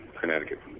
Connecticut